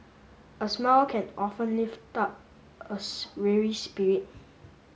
a smile can often lift up a spirit